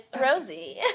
Rosie